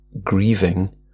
grieving